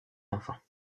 enfants